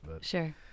Sure